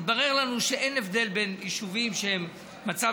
התברר לנו שאין הבדל בין יישובים שהם במצב